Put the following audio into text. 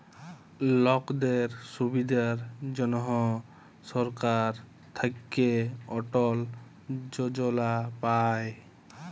লকদের সুবিধার জনহ সরকার থাক্যে অটল যজলা পায়